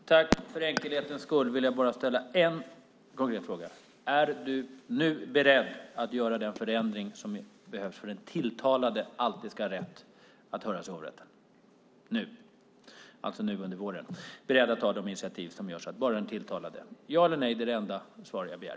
Fru talman! För enkelhetens skull vill jag bara ställa en konkret fråga: Är du, Beatrice Ask, beredd att nu under våren ta initiativ och göra den förändring som behövs för att den tilltalade alltid ska ha rätt att höras i hovrätten? Ja eller nej är det enda svar som jag begär.